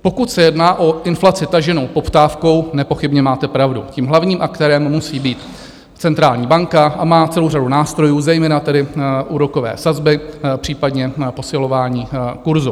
Pokud se jedná o inflaci taženou poptávkou, nepochybně máte pravdu, tím hlavním aktérem musí být centrální banka a má celou řadu nástrojů, zejména tedy úrokové sazby, případně posilování kurzu.